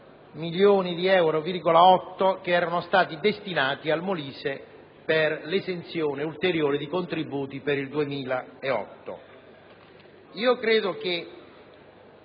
milioni di euro che erano stati destinati al Molise per l'esenzione ulteriore di contributi per il 2008.